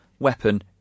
Weapon